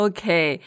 Okay